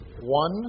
one